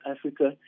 Africa